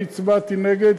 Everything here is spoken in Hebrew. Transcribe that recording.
אני הצבעתי נגד,